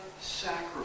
sacrifice